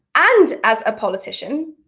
and as a politician,